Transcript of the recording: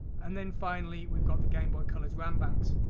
and then finally we've got the gameboy color's ram banks.